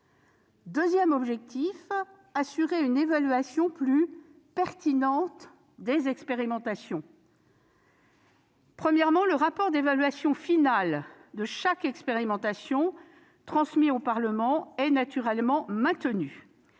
Deuxième objectif : assurer une évaluation plus pertinente des expérimentations. D'abord, le rapport d'évaluation final de chaque expérimentation, transmis au Parlement, est naturellement maintenu.